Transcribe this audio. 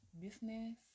business